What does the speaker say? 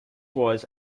was